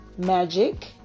magic